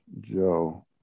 Joe